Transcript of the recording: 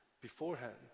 beforehand